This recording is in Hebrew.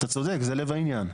אתה צודק, זה לב העניין.